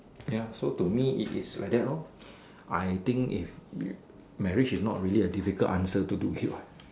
ya so to me is is like that lor I think if marriage is not a difficult answer to talk to it what